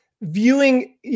viewing